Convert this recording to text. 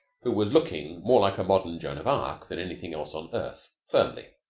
who was looking more like a modern joan of arc than anything else on earth, firmly.